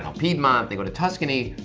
piedmont, they go to tuscany.